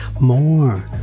more